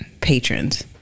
patrons